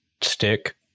stick